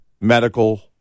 medical